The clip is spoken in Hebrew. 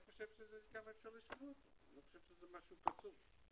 אפשר אולי לשנות את זה.